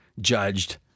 Judged